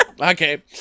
Okay